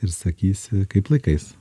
ir sakysi kaip laikais